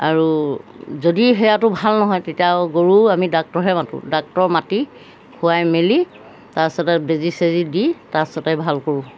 আৰু যদি সেয়াটো ভাল নহয় তেতিয়া আৰু গৰু আমি ডাক্টৰহে মাতোঁ ডাক্তৰ মাতি খুৱাই মেলি তাৰপিছতে বেজি চেজি দি তাৰপাছতে ভাল কৰোঁ